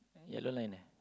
yellow line leh